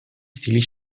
stili